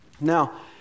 Now